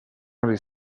les